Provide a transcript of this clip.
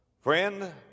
Friend